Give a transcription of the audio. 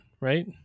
right